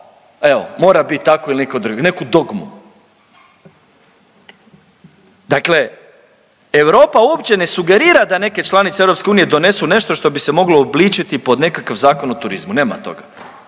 evo mora bit tako ili nitko drugi, neku dogmu. Dakle, Europa uopće ne sugerira da neke članice EU donesu nešto što bi se moglo uobličiti pod nekakav Zakon o turizmu. Nema toga.